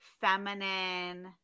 feminine